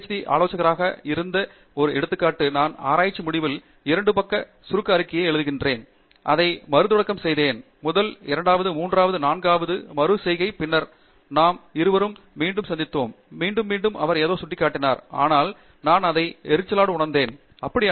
D ஆலோசகராக இருந்த ஒரு எடுத்துக்காட்டு நான் இரண்டு பக்க சுருக்கம் அறிக்கையை எழுதுகிறேன் அதை மறுதொடக்கம் செய்தேன் முதல் இரண்டாவது மூன்றாவது நான்காவது மறு செய்கை பின்னர் நாம் இருவரும் மீண்டும் சந்தித்தோம் மீண்டும் மீண்டும் அவர் ஏதோ சுட்டிக்காட்டினார் அதனால் நான் ஒரு எரிச்சலை உணர்ந்தேன் ஏனெனில் நான் எரிச்சல் அடைந்தேன் மற்றும் அது எங்கே என்று அவர் அந்த பற்றி எரிச்சல் பெற ஏதாவது